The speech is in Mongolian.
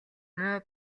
муу